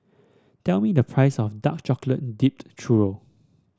tell me the price of Dark Chocolate Dipped Churro